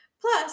Plus